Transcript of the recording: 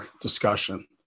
discussion